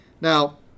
Now